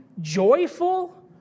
joyful